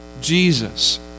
Jesus